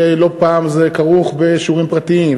ולא פעם זה כרוך בשיעורים פרטיים,